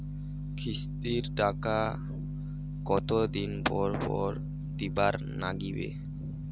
কিস্তির টাকা কতোদিন পর পর দিবার নাগিবে?